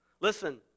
Listen